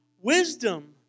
Wisdom